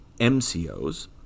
MCOs